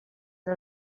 era